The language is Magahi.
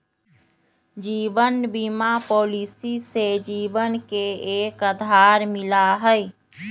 जीवन बीमा पॉलिसी से जीवन के एक आधार मिला हई